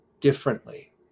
differently